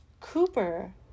Cooper